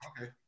Okay